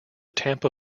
tampa